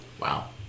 Wow